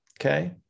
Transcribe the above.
okay